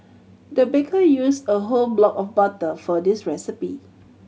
the baker used a whole block of butter for this recipe